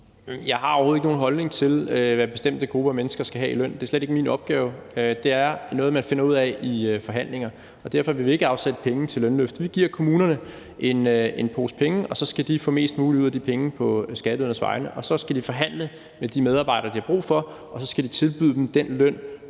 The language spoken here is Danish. Jeg har overhovedet ikke nogen holdning til, hvad bestemte grupper af mennesker skal have i løn. Det er slet ikke min opgave; det er noget, man finder ud af i forhandlinger. Derfor vil vi ikke afsætte penge til et lønløft. Vi giver kommunerne en pose penge, og så skal de få mest muligt ud af de penge på skatteydernes vegne. Og så skal de forhandle med de medarbejdere, de har brug for, og så skal de tilbyde dem den løn,